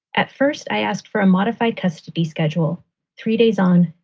at first i asked for a modified custody schedule three days on,